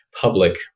public